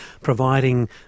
providing